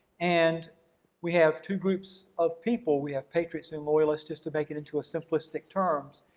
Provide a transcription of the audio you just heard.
and we have two groups of people, we have patriots and loyalists just to make it into a simplistic terms,